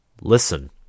listen